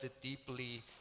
deeply